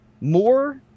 more